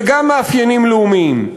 וגם מאפיינים לאומיים.